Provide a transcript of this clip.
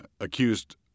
accused